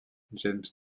james